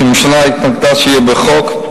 כי הממשלה התנגדה שזה יהיה בחוק.